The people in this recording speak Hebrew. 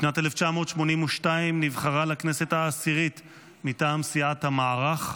בשנת 1982 נבחרה לכנסת העשירית מטעם סיעת המערך.